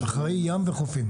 אחראי ים וחופים